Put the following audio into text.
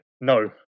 no